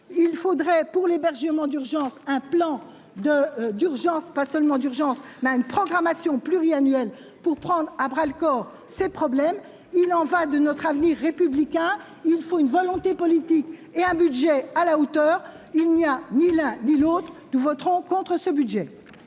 il faudrait pour l'hébergement d'urgence un plan de d'urgence, pas seulement d'urgence mais une programmation pluriannuelle pour prendre à bras-le-corps ces problèmes, il en va de notre avenir, républicain, il faut une volonté politique et un budget à la hauteur, il n'y a ni l'un ni l'autre, nous voterons contre ce budget.